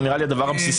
זה נראה לי הדבר הבסיסי.